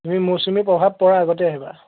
তুমি মৌচুমীৰ প্ৰভাৱ পৰা আগতেই আহিবা